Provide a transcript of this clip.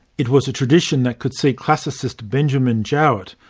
it was a tradition that could see classicist benjamin jowett,